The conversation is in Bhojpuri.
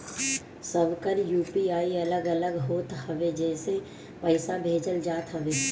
सबकर यू.पी.आई अलग अलग होत बाटे जेसे पईसा भेजल जात हवे